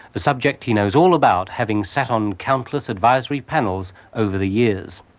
a subject he knows all about, having sat on countless advisory panels over the years.